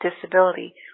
disability